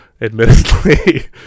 admittedly